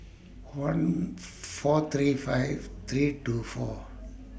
one four three five three two four